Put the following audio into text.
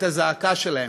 את הזעקה שלהם,